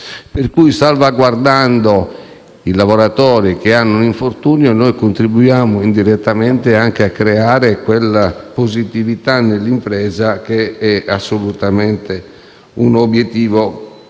Pertanto, salvaguardando i lavoratori che hanno un infortunio, noi contribuiamo indirettamente anche a creare quella positività nell'impresa che è assolutamente un obiettivo